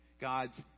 God's